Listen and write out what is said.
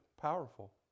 powerful